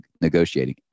negotiating